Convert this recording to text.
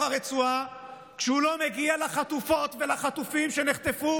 הרצועה כשהוא לא מגיע לחטופות ולחטופים שנחטפו.